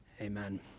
Amen